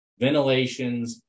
ventilations